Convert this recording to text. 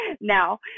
now